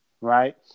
right